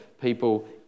people